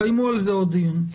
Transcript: קיימו על זה עוד דיון.